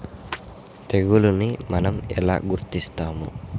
తెగులుని మనం ఎలా గుర్తిస్తాము?